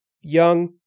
young